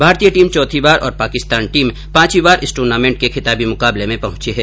भारतीय टीम चौथी बार और पाकिस्तान टीम पांचवी बार इस टूर्नामेंट र्के खिताबी मुकाबले में पहुंची है